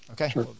okay